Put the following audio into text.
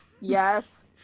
yes